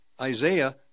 Isaiah